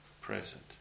present